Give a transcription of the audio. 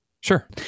Sure